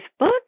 facebook